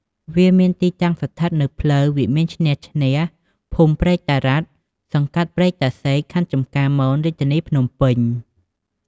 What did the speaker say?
វាមានទីតាំងស្ថិតនៅផ្លូវវិមានឈ្នះឈ្នះ ភូមិព្រែកតារ៉ាត់ សង្កាត់ព្រែកតាសែក ខណ្ឌចំការមន រាជធានីភ្នំពេញ។